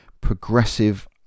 progressive